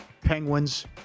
Penguins